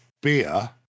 beer